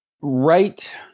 Right